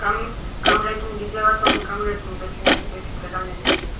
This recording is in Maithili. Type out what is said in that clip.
कम कम रेटमे दीजिएगा तो हम कम रेटमे बेचेंगे बेसी फायदा नही लेंगे हम